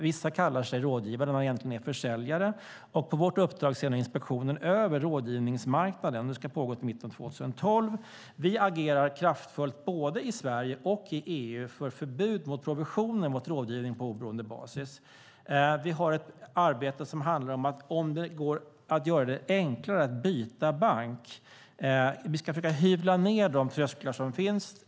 Vissa kallar sig rådgivare men är egentligen försäljare, och på vårt uppdrag ser inspektionen nu över rådgivningsmarknaden. Det ska pågå till mitten av 2012. Vi agerar kraftfullt både i Sverige och i EU för förbud mot provisioner vid rådgivning på oberoende basis. Vi har också ett arbete som handlar om att se ifall vi kan göra det enklare att byta bank. Vi ska försöka hyvla ned de trösklar som finns.